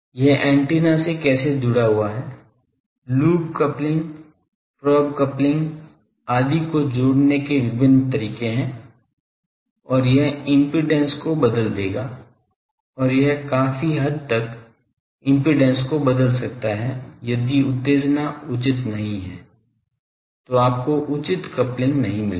यह एंटीना से कैसे जुड़ा हुआ है लूप कपलिंग प्रोब कपलिंग इत्यादि को जोड़ने के विभिन्न तरीके हैं और यह इम्पीडेन्स को बदल देगा और यह काफी हद तक इम्पीडेन्स को बदल सकता है यदि उत्तेजना उचित नहीं है तो आपको उचित कपलिंग नहीं मिलेगा